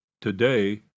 Today